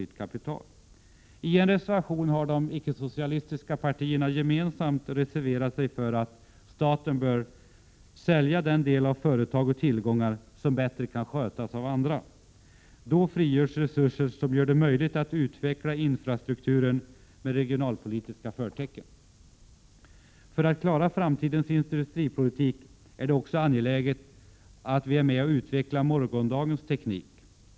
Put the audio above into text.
I en gemensam reservation säger vi från de icke-socialistiska partiernas sida att staten bör sälja ut den del av företagen och de tillgångar som andra kan sköta bättre. Då frigörs resurser som gör det möjligt att utveckla den infrastruktur som har regionalpolitiska förtecken. För att vi skall klara framtidens industripolitik är det också angeläget att vi är med och utvecklar morgondagens teknik.